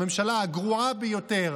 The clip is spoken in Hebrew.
הממשלה הגרועה ביותר,